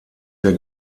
der